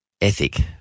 ethic